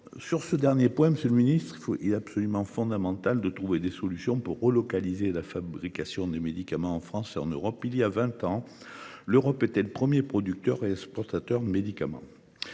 Sur ce dernier point, monsieur le ministre, il est absolument fondamental de trouver des solutions pour relocaliser la fabrication de médicaments en France et en Europe. Voilà vingt ans, l’Europe était le premier producteur et exportateur de médicaments.